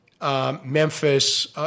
Memphis